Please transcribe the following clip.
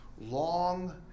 long